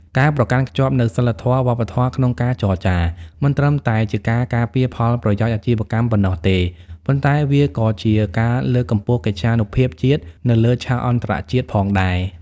ការប្រកាន់ខ្ជាប់នូវសីលធម៌វប្បធម៌ក្នុងការចរចា មិនត្រឹមតែជាការការពារផលប្រយោជន៍អាជីវកម្មប៉ុណ្ណោះទេ ប៉ុន្តែវាក៏ជាការលើកកម្ពស់កិត្យានុភាពជាតិនៅលើឆាកអន្តរជាតិផងដែរ។